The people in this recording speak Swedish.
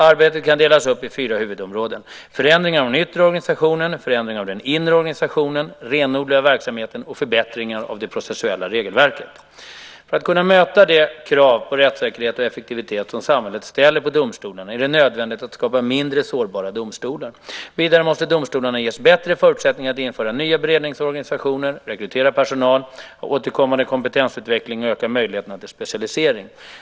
Arbetet kan delas upp i fyra huvudområden: förändringar av den yttre organisationen, förändringar av den inre organisationen, renodling av verksamheten och förbättringar av det processuella regelverket. För att kunna möta de krav på rättssäkerhet och effektivitet som samhället ställer på domstolarna är det nödvändigt att skapa mindre sårbara domstolar. Vidare måste domstolarna ges bättre förutsättningar att införa nya beredningsorganisationer, rekrytera personal, ha återkommande kompetensutveckling och öka möjligheterna till specialisering.